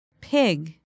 pig